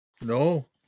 no